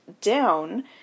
down